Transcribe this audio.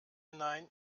nein